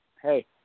hey